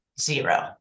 zero